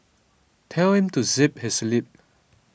tell him to zip his lip